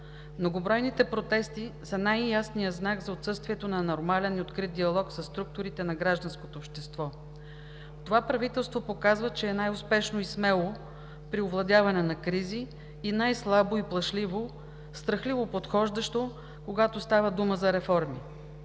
Многобройните протести са най-ясният знак за отсъствието на нормален и открит диалог със структурите на гражданското общество. Това правителство показва, че е най успешно и смело при овладяване на кризи и най-слабо и плашливо – страхливо подхождащо, когато става дума за реформи.